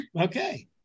Okay